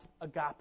agape